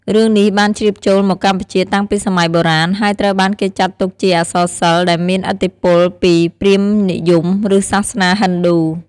រឿងនេះបានជ្រាបចូលមកកម្ពុជាតាំងពីសម័យបុរាណ ហើយត្រូវបានគេចាត់ទុកជាអក្សរសិល្ប៍ដែលមានឥទ្ធិពលពី ព្រាហ្មណ៍និយម ឬសាសនាហិណ្ឌូ។